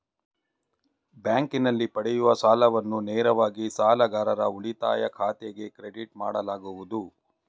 ಬ್ಯಾಂಕಿನಲ್ಲಿ ಪಡೆಯುವ ಸಾಲವನ್ನು ನೇರವಾಗಿ ಸಾಲಗಾರರ ಉಳಿತಾಯ ಖಾತೆಗೆ ಕ್ರೆಡಿಟ್ ಮಾಡಲಾಗುವುದು